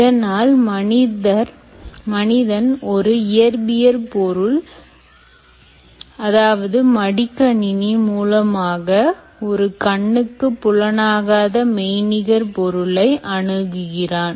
இதனால் மனிதன் ஒரு இயற்பியல் பொருள் அதாவது மடிக்கணினி மூலமாக ஒரு கண்ணுக்கு புலனாகாத மெய்நிகர் பொருளை அணுகுகிறான்